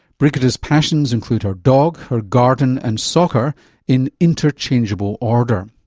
brigitte's passions include her dog, her garden and soccer in interchangeable order.